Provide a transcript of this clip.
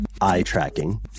eye-tracking